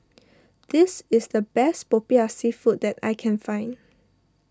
this is the best Popiah Seafood that I can find